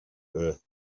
earth